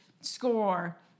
score